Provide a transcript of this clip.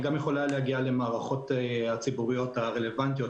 היא גם יכולה להגיע למערכות הציבוריות הרלוונטיות,